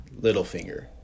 Littlefinger